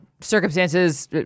Circumstances